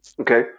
okay